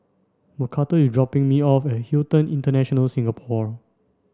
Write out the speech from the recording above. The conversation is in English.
Macarthur is dropping me off at Hilton International Singapore